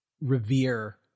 revere